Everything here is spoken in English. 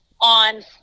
on